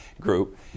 Group